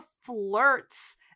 flirts